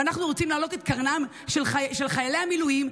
ואנחנו רוצים להעלות את קרנם של חיילי המילואים,